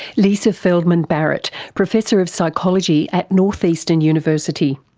lisa feldman barrett, professor of psychology at northeastern university.